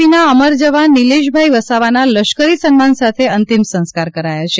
પીના અમર જવાન નીલેશભાઇ વસાવાના લશ્કરી સન્માન સાથે અંતિમ સંસ્કાર કરાયા છે